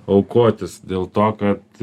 aukotis dėl to kad